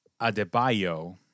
Adebayo